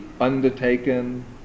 undertaken